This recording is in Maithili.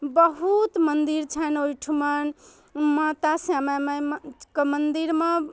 बहुत मन्दिर छनि ओहिठाम माता श्यामा माइके मन्दिरमे